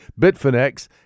Bitfinex